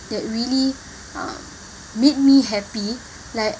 that really um made me happy like